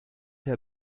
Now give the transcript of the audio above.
herr